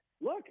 look